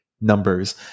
numbers